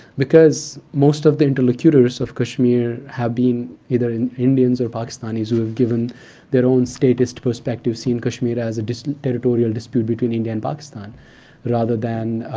because most of the interlocutors of kashmir have been either and indians or pakistanis who have given their own statist perspective, seen kashmir as a territorial dispute between india and pakistan rather than